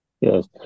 Yes